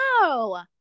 Wow